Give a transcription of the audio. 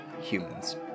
humans